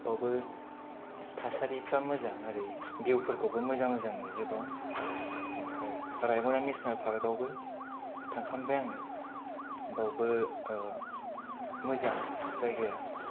बावबो थासारिफ्रा मोजां एरै भिउफोरखौबो मोजां मोजां नुयो बाव आमफ्राय रायमना नेसनेल पार्कआवबो थांखांबाय आङो बावबो मोजां जायगाया